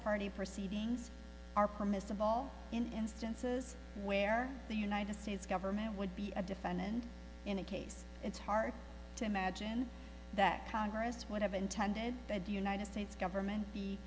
party proceedings are permissive all instances where the united states government would be a defendant in a case it's hard to imagine that congress would have intended to do united states government be